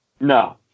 No